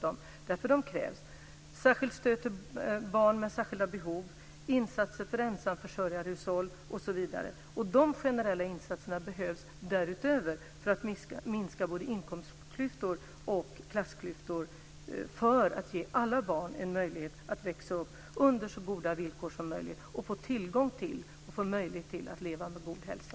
Det gäller särskilt stöd till barn med särskilda behov, insatser för ensamförsörjarhushåll osv. De generella insatserna behövs därutöver för att minska både inkomstklyftor och klassklyftor och för att ge alla barn en möjlighet att växa upp under så goda villkor som möjligt och att leva med god hälsa.